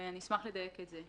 ואני אשמח לדייק את זה.